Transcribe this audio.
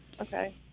Okay